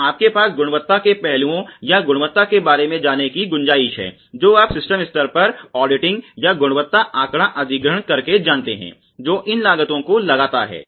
तो आपके पास गुणवत्ता के पहलुओं या गुणवत्ता के बारे में जाने की गुंजाइश है जो आप सिस्टम स्तर पर ऑडिटिंग या गुणवत्ता आँकड़ा अधिग्रहण करके जानते हैं जो इन लागतों को लगाता है